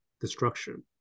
destruction